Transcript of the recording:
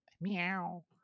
Meow